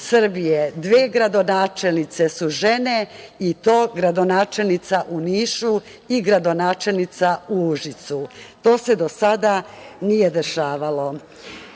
dve gradonačelnice su žene i to gradonačelnica u Nišu i gradonačelnica u Užicu. To se do sada nije dešavalo. Želim